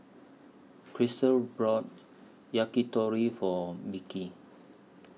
Christel brought Yakitori For Mickey